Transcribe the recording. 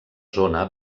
zona